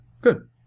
good